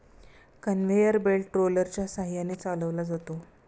conveyor belt रोलरच्या सहाय्याने चालवला जातो